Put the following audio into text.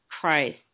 Christ